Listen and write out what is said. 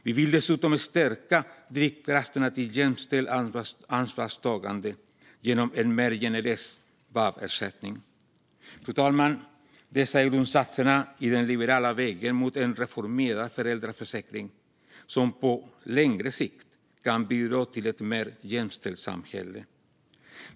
Vi vill dessutom stärka drivkraften till jämställt ansvarstagande genom en mer generös vab-ersättning. Fru talman! Dessa är grundsatserna i den liberala vägen mot en reformerad föräldraförsäkring som på längre sikt kan bidra till ett mer jämställt samhälle.